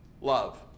love